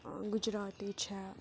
گُجراتی چھےٚ